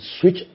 switch